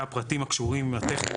והפרטים הקשורים לטכני,